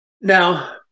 Now